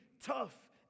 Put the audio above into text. tough